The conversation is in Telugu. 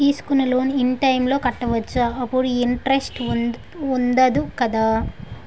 తీసుకున్న లోన్ ఇన్ టైం లో కట్టవచ్చ? అప్పుడు ఇంటరెస్ట్ వుందదు కదా?